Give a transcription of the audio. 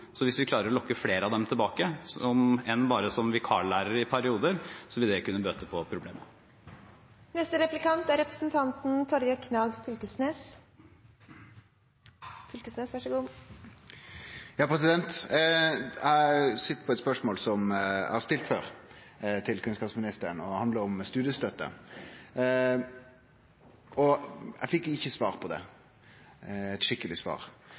så hvis vi klarer å lokke flere av dem tilbake, om enn bare som vikarlærere i perioder, vil det kunne bøte på problemet. Eg sit på eit spørsmål som eg har stilt før til kunnskapsministeren. Det handlar om studiestøtte. Eg fekk ikkje eit skikkeleg svar på det.